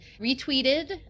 retweeted